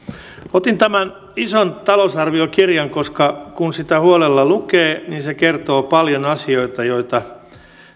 otin tämän ison talousarviokirjan koska kun sitä huolella lukee niin se kertoo paljon asioita joita